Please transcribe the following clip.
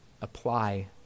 apply